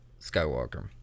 Skywalker